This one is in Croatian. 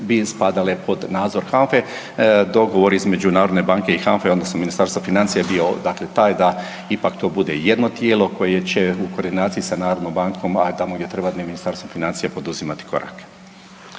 bi spadale pod nadzor HANFA-e. Dogovor između HNB-a i HANFA-e odnosno Ministarstva financija je bio dakle taj da ipak to bude jedno tijelo koje će u koordinaciji sa HNB-om, a tamo gdje treba Ministarstvo financija poduzimati korake.